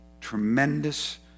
tremendous